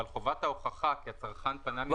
אבל חובה ההוכחה כי הצרכן פנה מיוזמתו תהיה על העוסק.